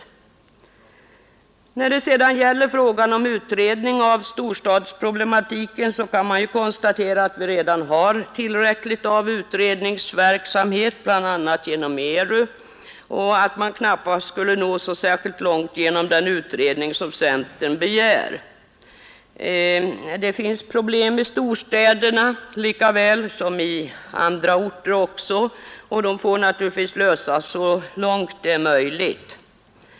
När det gäller frågan om utredning av storstadsproblematiken kan man konstatera att vi redan har tillräckligt med utredningsverksamhet, bl.a. genom ERU, och att man knappast skulle nå så särskilt långt genom den utredning som centern begär. Det finns problem i storstäderna lika väl som i andra orter, och dem får man försöka lösa så långt det är möjligt.